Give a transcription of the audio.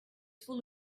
full